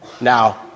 Now